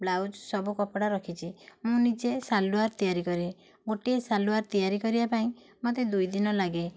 blouse ସବୁ କପଡ଼ା ରଖିଛି ମୁଁ ନିଜେ ଶାଲ୍ୱାର ତିଆରି କରେ ଗୋଟିଏ ଶାଲ୍ୱାର ତିଆରି କରିବା ପାଇଁ ମୋତେ ଦୁଇଦିନ ଲାଗେ